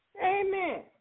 Amen